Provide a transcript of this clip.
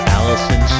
Allison